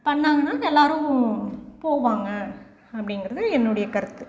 பண்ணிணாங்கன்னா எல்லாேரும் போவாங்க அப்படிங்கிறது என்னுடைய கருத்து